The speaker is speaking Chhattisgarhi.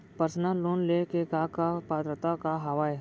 पर्सनल लोन ले के का का पात्रता का हवय?